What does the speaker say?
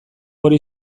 hori